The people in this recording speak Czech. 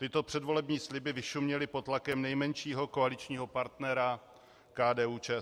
Tyto předvolební sliby vyšuměly pod tlakem nejmenšího koaličního partnera KDUČSL.